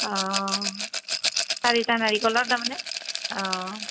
অঁ চাৰিটা নাৰিকলৰ তাৰমানে অঁ